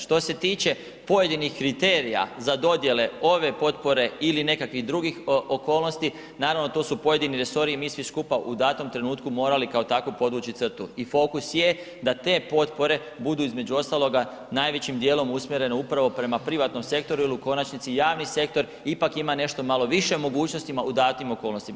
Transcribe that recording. Što se tiče pojedinih kriterija za dodjele ove potpore ili nekakvih drugih okolnosti, naravno to su pojedini resori i mi svi skupa u datom trenutku morali kao takvu podvući crtu i fokus je da te potpore budu između ostaloga najvećim dijelom usmjerene prema privatnom sektoru ili u konačnici javni sektor ipak ima nešto malo više mogućnosti u datim okolnostima.